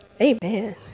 Amen